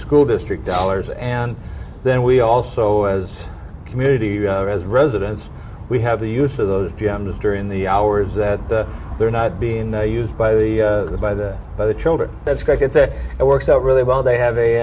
school district dollars and then we also as a community as residents we have the use of those gems during the hours that they're not being used by the by the by the children that's correct and so it works out really well they have